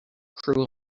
crew